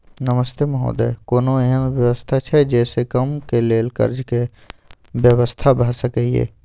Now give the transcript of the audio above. नमस्ते महोदय, कोनो एहन व्यवस्था छै जे से कम के लेल कर्ज के व्यवस्था भ सके ये?